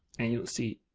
and you'll see,